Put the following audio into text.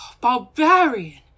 Barbarian